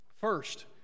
First